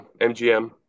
MGM